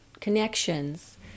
Connections